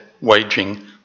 waging